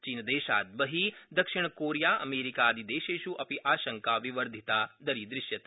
चीनदेशात् बहि दक्षिणकोरिया अमेरिका आदि देशेष् अपि आशंका विवर्धिता दरीदृश्यते